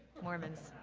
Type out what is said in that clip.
mormons.